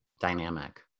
dynamic